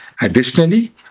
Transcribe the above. Additionally